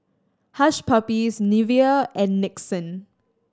Hush Puppies Nivea and Nixon